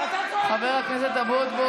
אתה צועק לי, חבר הכנסת אבוטבול.